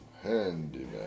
handyman